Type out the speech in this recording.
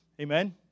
Amen